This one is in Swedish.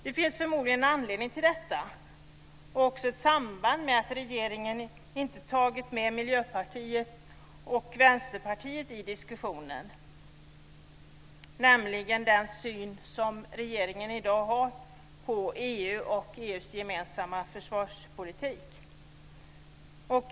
Det finns förmodligen en anledning till detta och även ett samband med att regeringen inte har tagit med Miljöpartiet och Vänsterpartiet i diskussionen, nämligen den syn som regeringen i dag har på EU:s gemensamma försvarspolitik.